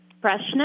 freshness